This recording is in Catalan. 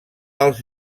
als